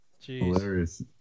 hilarious